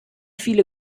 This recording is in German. viele